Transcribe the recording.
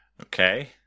Okay